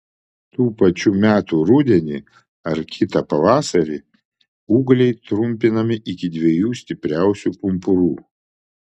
tų pačių metų rudenį ar kitą pavasarį ūgliai trumpinami iki dviejų stipriausių pumpurų